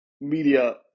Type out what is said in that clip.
media